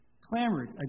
clamored